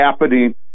happening